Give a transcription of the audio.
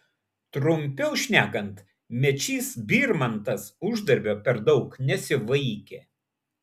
trumpiau šnekant mečys birmantas uždarbio per daug nesivaikė